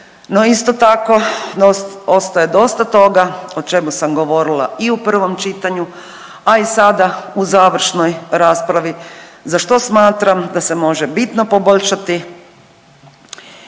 isto tako ostaje dosta toga o čemu sam govorila i u prvom čitanju, a i sada u završnoj raspravi za što smatram da se može bitno poboljšati.